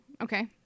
Okay